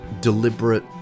deliberate